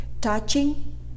touching